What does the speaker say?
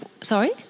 sorry